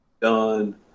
done